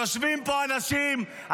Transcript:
יושבים פה אנשים,